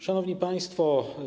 Szanowni Państwo!